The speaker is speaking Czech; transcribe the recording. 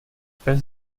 pes